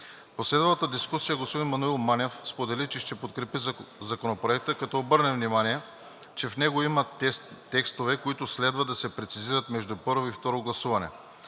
последвалата дискусия господин Маноил Манев сподели, че ще подкрепи Законопроекта, като обърна внимание, че в него има текстове, които следва да се прецизират между първо и второ гласуване.